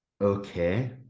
okay